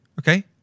Okay